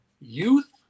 youth